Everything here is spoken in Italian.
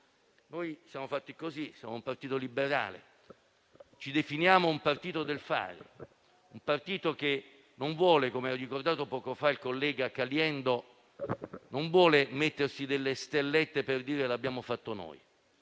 Siamo fatti così: siamo un partito liberale e ci definiamo un partito del fare, che, come ha ricordato poco fa il collega Caliendo, non vuole mettersi delle stellette per dire che qualcosa l'abbiamo fatto noi,